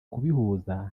kubihuza